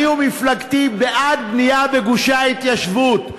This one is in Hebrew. אני ומפלגתי בעד בנייה בגושי ההתיישבות.